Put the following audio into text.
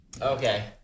Okay